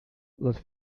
les